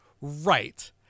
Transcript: Right